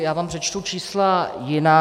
Já vám přečtu čísla jiná.